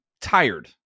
tired